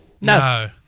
No